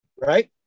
right